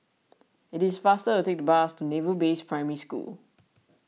it is faster to take the bus to Naval Base Primary School